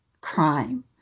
crime